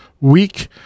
week